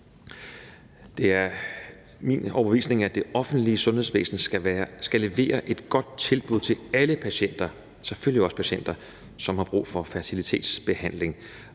min overbevisning, at det offentlige sundhedsvæsen skal levere et godt tilbud til alle patienter, selvfølgelig også patienter, som har brug for fertilitetsbehandling,